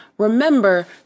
Remember